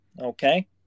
Okay